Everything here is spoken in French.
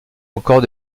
record